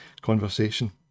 conversation